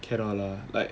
cannot lah like